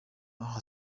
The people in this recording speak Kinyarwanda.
aho